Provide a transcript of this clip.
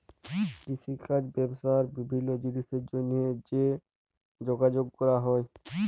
কিষিকাজ ব্যবসা আর বিভিল্ল্য জিলিসের জ্যনহে যে যগাযগ ক্যরা হ্যয়